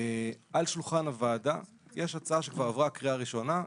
על שולחן הוועדה יש הצעה שכבר עברה קריאה ראשונה,